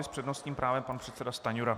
S přednostním právem pan předseda Stanjura.